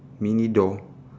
mini door